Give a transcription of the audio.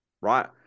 Right